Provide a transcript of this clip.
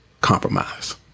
compromise